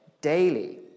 daily